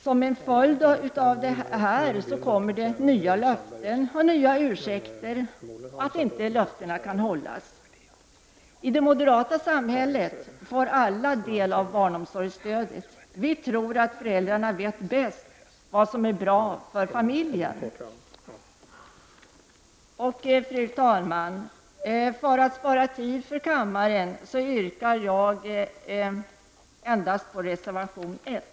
Som en följd av detta kommer det nya löften och nya ursäkter för att löftena inte kan hållas. I det moderata samhället får alla del av barnomsorgsstödet. Vi tror att föräldrarna vet bäst vad som är bra för familjen. Fru talman! För att spara kammarens tid yrkar jag bifall endast till reservation 1.